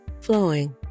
flowing